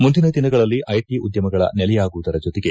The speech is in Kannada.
ಮುಂದಿನ ದಿನಗಳಲ್ಲಿ ಐಟಿ ಉದ್ದಮಗಳ ನೆಲೆಯಾಗುವುದರ ಜತೆಗೆ